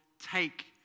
take